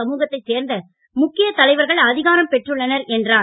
சமூகத்தைச் சேர்ந்த முக்கியத் தலைவர்கள் அதிகாரம் பெற்றுள்ளனர் என்றார்